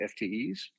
FTEs